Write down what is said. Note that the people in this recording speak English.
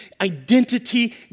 identity